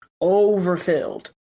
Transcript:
overfilled